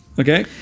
Okay